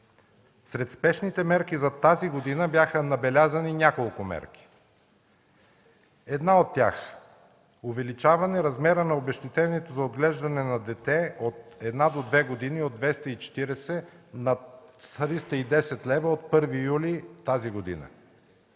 Сред спешните мерки за тази година бяха набелязани няколко. Една от тях е увеличаване размера на обезщетението за отглеждане на дете от една до две години от 240 на 310 лв. от 1 юли 2013 г.